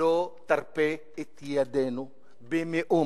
לא תרפה את ידינו במאומה.